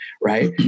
right